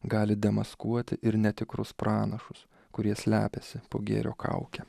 gali demaskuoti ir netikrus pranašus kurie slepiasi po gėrio kauke